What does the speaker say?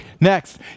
Next